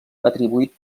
atribuït